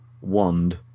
wand